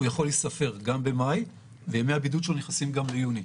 הוא יכול להיספר גם במאי וימי הבידוד שלו נכנסים גם ליוני.